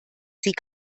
sie